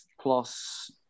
plus